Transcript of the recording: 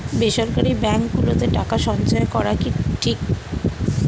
বেসরকারী ব্যাঙ্ক গুলোতে টাকা সঞ্চয় করা কি সঠিক সিদ্ধান্ত?